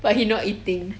but he not eating